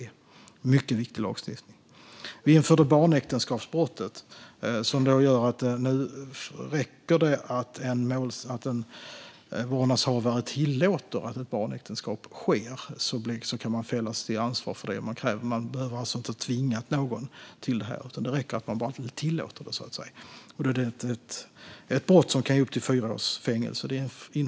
Det är alltså en mycket viktig lagstiftning. År 2020 införde vi också barnäktenskapsbrottet, som gör att det nu räcker att en vårdnadshavare tillåter att ett barnäktenskap ingås för att ställas till svars. Man behöver alltså inte ha tvingat någon till detta, utan det räcker att man bara tillåter det. Detta brott kan ge upp till fyra års fängelse.